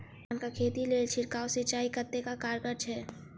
धान कऽ खेती लेल छिड़काव सिंचाई कतेक कारगर छै?